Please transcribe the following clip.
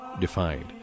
defined